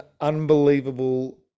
unbelievable